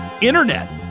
internet